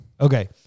Okay